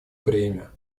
бремя